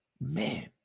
man